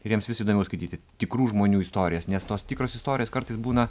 ir jiems vis įdomiau skaityti tikrų žmonių istorijas nes tos tikros istorijos kartais būna